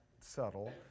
subtle